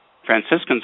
Franciscans